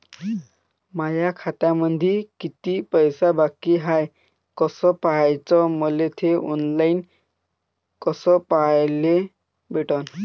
माया खात्यामंधी किती पैसा बाकी हाय कस पाह्याच, मले थे ऑनलाईन कस पाह्याले भेटन?